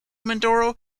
mindoro